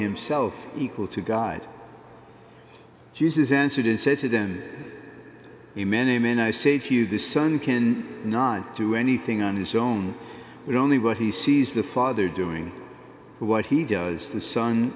himself equal to god jesus answered and said to them you man him and i say to you this son can not do anything on his own but only what he sees the father doing what he does the s